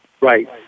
Right